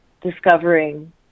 discovering